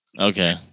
Okay